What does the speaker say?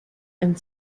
and